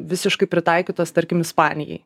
visiškai pritaikytos tarkim ispanijai